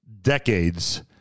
decades